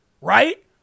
right